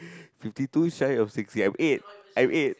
fifty two shy of sixty I'm eight I'm eight